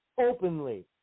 Openly